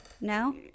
No